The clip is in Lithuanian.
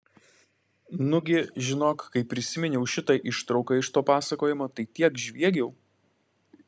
nugi žinok kai prisiminiau šitą ištrauką iš to pasakojimo tai tiek žviegiau